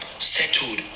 Settled